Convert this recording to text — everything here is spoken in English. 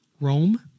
Rome